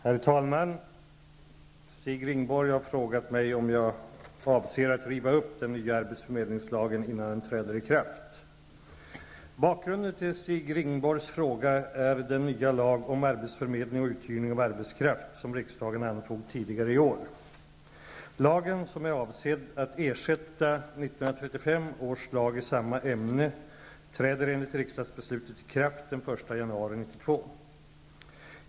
Herr talman! Stig Rindborg har frågat mig om jag avser att riva upp den nya arbetsförmedlingslagen innan den träder i kraft. Bakgrunden till Stig Rindborgs fråga är den nya lag om arbetsförmedling och uthyrning av arbetskraft som riksdagen antog tidigare i år. Lagen, som är avsedd att ersätta 1935 års lag i samma ämne, träder enligt riksdagsbeslutet i kraft den 1 januari 1992.